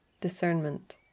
discernment